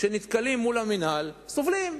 כשהם נתקלים במינהל הם סובלים,